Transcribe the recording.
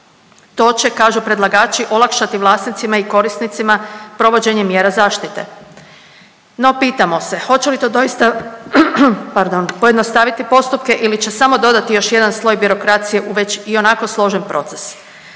To će kažu predlagači olakšati vlasnicima i korisnicima provođenje mjera zaštite. No, pitamo se hoće li to doista, pardon, pojednostaviti postupke ili će samo dodati još jedan sloj birokracije u već ionako složen proces.